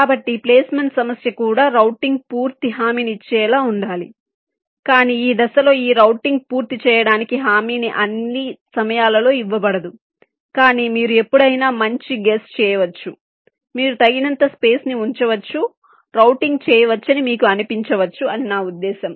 కాబట్టి ప్లేస్మెంట్ సమస్య కూడా రౌటింగ్ పూర్తి హామీనిచ్చేలా చూడాలి కాని ఈ దశలో ఈ రౌటింగ్ పూర్తి చేయడానికి హామీని అన్ని సమయాలలో ఇవ్వబడదు కాని మీరు ఎప్పుడైనా మంచి గెస్ చేయవచ్చు మీరు తగినంత స్పేస్ ని ఉంచవచ్చు రౌటింగ్ చేయవచ్చని మీకు అనిపించవచ్చు అని నా ఉద్దేశ్యం